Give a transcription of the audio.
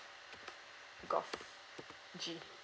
golf G